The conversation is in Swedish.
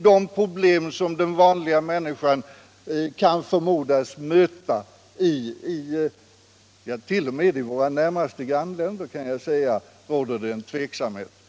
de problem som den vanliga människan kan förmodas möta. T. o. m. i våra närmaste grannländer råder det tveksamhet.